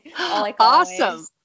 awesome